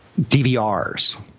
DVRs